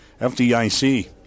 FDIC